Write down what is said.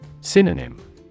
Synonym